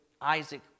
Isaac